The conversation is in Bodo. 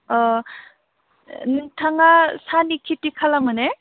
नोंथाङा साहानि खिथि खालामो ने